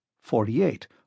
Forty-eight